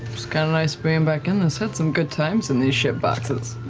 kind of nice being back in this. had some good times in these shit-boxes.